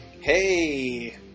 hey